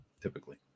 typically